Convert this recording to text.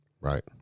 Right